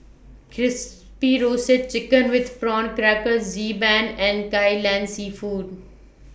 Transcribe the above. Crispy Roasted Chicken with Prawn Crackers Xi Ban and Kai Lan Seafood